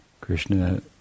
Krishna